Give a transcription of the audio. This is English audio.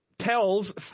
Tells